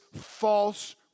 false